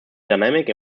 dynamic